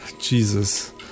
Jesus